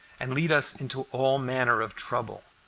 and lead us into all manner of trouble,